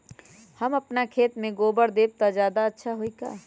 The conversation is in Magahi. हम अपना खेत में गोबर देब त ज्यादा अच्छा होई का?